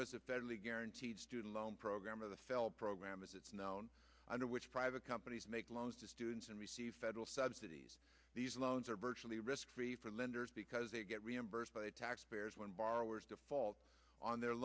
was a federally guaranteed student loan program or the cell program as it's known under which private companies make loans to students and receive federal subsidies these loans are virtually risk free for lenders because they get reimbursed by taxpayers when borrowers default on their